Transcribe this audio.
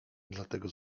dlatego